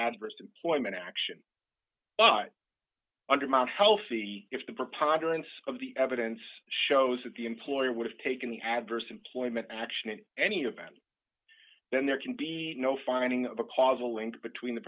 adverse employment action but under my healthy if the preponderance of the evidence shows that the employer would have taken the adverse employment action in any event then there can be no finding of a causal link between the